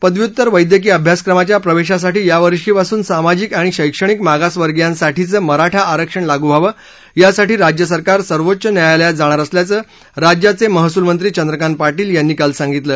पदव्युत्तर वैद्यकीय अभ्यासक्रमाच्या प्रवेशासाठी यावर्षीपासून सामाजिक आणि शैक्षणिक मागासवर्गीयांसाठीचं मराठा आरक्षण लागू व्हावं यासाठी राज्य सरकार सर्वोच्च न्यायालयात जाणार असल्याचं राज्याचे महसूल मंत्री चंद्रकांत पाटील यांनी काल सांगितलं